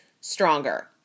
stronger